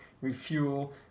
refuel